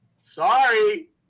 sorry